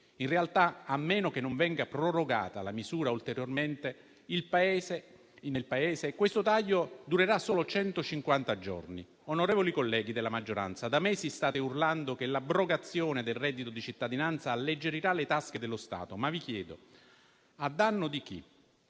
In realtà, a meno che la misura non venga prorogata ulteriormente, nel Paese questo taglio durerà solo centocinquanta giorni. Onorevoli colleghi della maggioranza, da mesi state urlando che l'abrogazione del reddito di cittadinanza alleggerirà le tasche dello Stato, ma vi chiedo: a danno di chi?